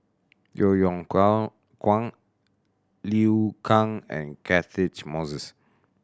Yeo Yeow Kwang Liu Kang and Catchick Moses